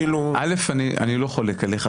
א', אני לא חולק עליך.